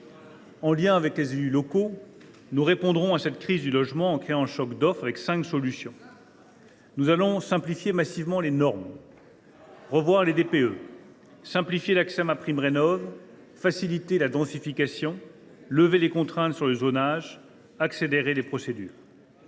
En lien avec les élus locaux, nous répondrons à la crise du logement en provoquant un choc d’offre, et cela en retenant cinq solutions. « Nous allons simplifier massivement les normes : revoir les DPE, simplifier l’accès à MaPrimeRénov’, faciliter la densification, lever les contraintes sur le zonage et accélérer les procédures.